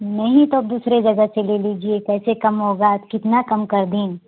नहीं तब दूसरे जगह से ले लीजिए कैसे कम होगा कितना कम कर दें